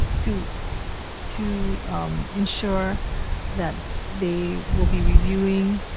to to ensure that they will be reviewing